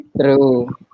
True